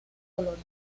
colores